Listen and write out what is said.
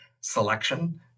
selection